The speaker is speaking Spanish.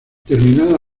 terminada